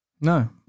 No